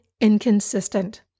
inconsistent